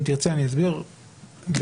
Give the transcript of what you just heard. אם תרצה, אני אסביר בהזדמנות.